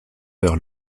vers